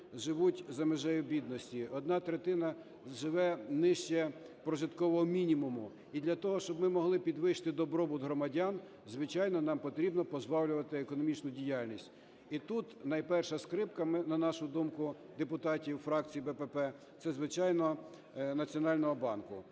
живуть за межею бідності, одна третина живе нижче прожиткового мінімуму. І для того, щоб ми могли підвищити добробут громадян, звичайно, нам потрібно пожвавлювати економічну діяльність. І тут найперша скрипка, на нашу думку, депутатів у фракції "Блок Петра Порошенка", це, звичайно, Національного банку.